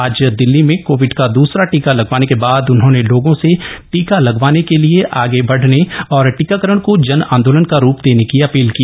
आज दिल्ली में कोविड का दूसरा टीका लगवाने के बाद उन्होंने लोगों से टीका लगवाने के लिए आगे बढ़ने और टीकाकरण को जन आंदोलन का रूप देने की अपील की